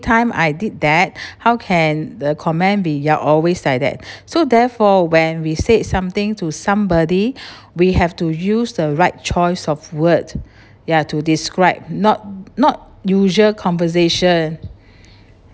time I did that how can the comment be you're always like that so therefore when we said something to somebody we have to use the right choice of word ya to describe not not usual conversation